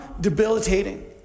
debilitating